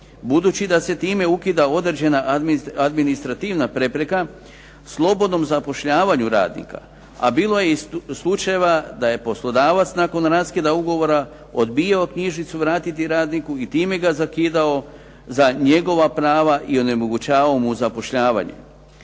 Budući da se time ukida određena administrativna prepreka slobodnom zapošljavanju radnika a bilo je i slučajeva da je poslodavac nakon raskida ugovora odbijao knjižicu vratiti radniku i time ga zakidao za njegova prava i onemogućavao mu zapošljavanje.